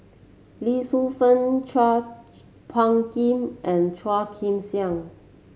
Lee Shu Fen Chua Phung Kim and Chua Joon Siang